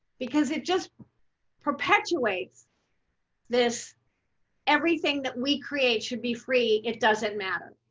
because it just perpetuates this everything that we create should be free. it doesn't matter.